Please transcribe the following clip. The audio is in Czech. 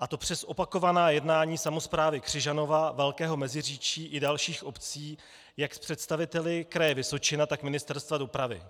a to přes opakovaná jednání samosprávy Křižanova, Velkého Meziříčí i dalších obcí jak s představiteli Kraje Vysočina, tak Ministerstva dopravy.